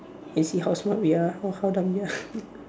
and see how smart we are or how dumb we are